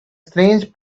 strange